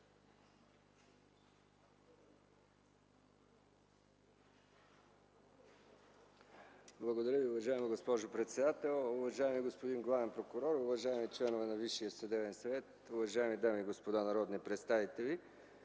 Благодаря Ви, уважаема госпожо председател. Уважаеми господин главен прокурор, уважаеми членове на Висшия съдебен съвет, уважаеми дами и господа народни представители!